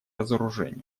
разоружению